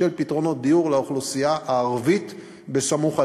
פתרונות דיור לאוכלוסייה הערבית בסמוך אליהם.